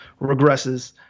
regresses